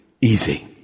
easy